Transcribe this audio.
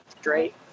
straight